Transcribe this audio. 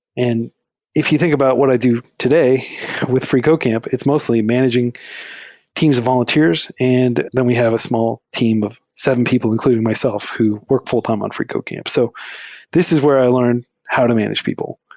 and if you think about what i do today with freecodecamp, it's mostly managing teams of volunteers, and then we have a small team of seven people, including myself, who work full-time on freecodecamp. so this is where i learned how to manage people.